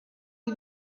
you